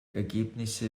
ergebnisse